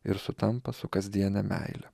ir sutampa su kasdiene meile